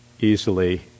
easily